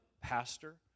pastor